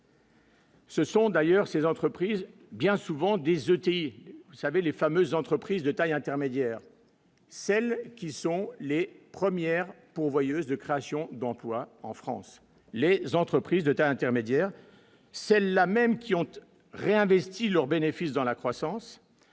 Ce sont d'ailleurs ces entreprises bien souvent des ETI, vous savez, les fameuses entreprises de taille intermédiaire, celles qui sont les premières pourvoyeuses de création d'emplois en France, les entreprises de ta intermédiaire, celle-là même qui hante réinvesti leurs bénéfices dans la croissance